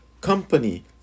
company